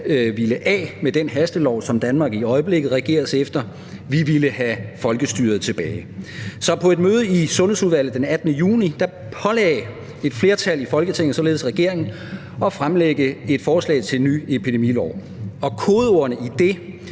ville af med den hastelov, som Danmark i øjeblikket regeres efter; vi ville have folkestyret tilbage. Så på et møde i Sundhedsudvalget den 18. juni pålagde et flertal i Folketinget således regeringen at fremsætte et forslag til en ny epidemilov. Kodeordene i det,